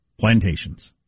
plantations